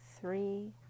three